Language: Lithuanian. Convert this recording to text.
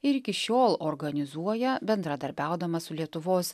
ir iki šiol organizuoja bendradarbiaudama su lietuvos